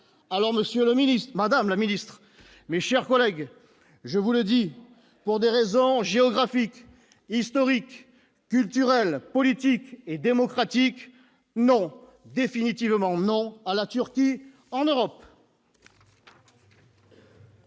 ministe, Madame la Ministre, mes chers collègues, je vous le dis, pour des raisons géographiques, historiques, culturelle, politique et démocratique non, définitivement non à la Turquie en Europe.